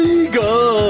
eagle